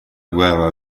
guerra